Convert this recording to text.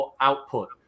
output